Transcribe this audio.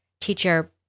teacher